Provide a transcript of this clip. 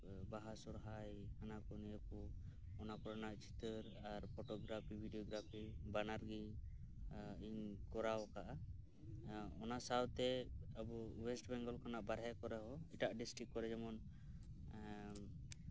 ᱵᱟᱦᱟ ᱥᱚᱨᱦᱟᱭ ᱦᱟᱱᱟ ᱠᱚ ᱱᱤᱭᱟᱹ ᱠᱚ ᱚᱱᱟ ᱠᱚᱨᱮᱱᱟᱜ ᱪᱤᱛᱟᱹᱨ ᱟᱨ ᱯᱷᱳᱴᱳ ᱜᱽᱨᱟᱯᱷᱤ ᱵᱷᱤᱰᱭᱳ ᱜᱽᱨᱟᱯᱷᱤ ᱵᱟᱱᱟᱨ ᱜᱮ ᱤᱧ ᱠᱚᱨᱟᱣ ᱟᱠᱟᱫ ᱼᱟ ᱚᱱᱟ ᱥᱟᱶᱛᱮ ᱟᱵᱚ ᱳᱭᱮᱥᱴ ᱵᱮᱝᱜᱚᱞ ᱠᱷᱚᱱᱟᱜ ᱵᱟᱨᱦᱮ ᱠᱚᱨᱮ ᱦᱚᱸ ᱮᱴᱟᱜ ᱰᱤᱥᱴᱤᱠ ᱠᱚᱨᱮ ᱡᱮᱢᱚᱱ